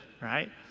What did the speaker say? right